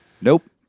Nope